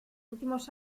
últimos